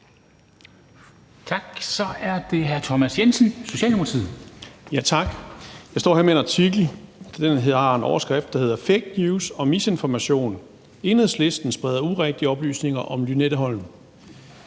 Tak. Så er det hr. Thomas Jensen, Socialdemokratiet. Kl. 21:11 Thomas Jensen (S): Tak. Jeg står her med en artikel, som har en overskrift, der hedder Fake news og misinformation – Enhedslisten spreder urigtige oplysninger om Lynetteholmen.